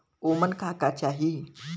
ओमन का का चाही?